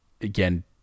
again